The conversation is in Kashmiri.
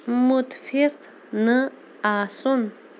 مُتفِف نہٕ آسُن